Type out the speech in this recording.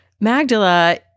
Magdala